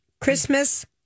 Christmas